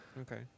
Okay